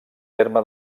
terme